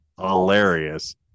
hilarious